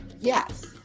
Yes